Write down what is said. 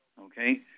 okay